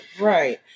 right